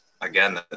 again